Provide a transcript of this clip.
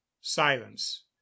silence